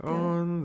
on